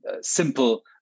simple